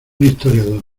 historiador